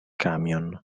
camion